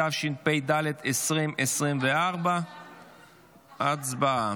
(תיקון), התשפ"ד, 2024. הצבעה.